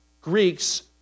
Greeks